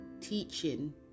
Teaching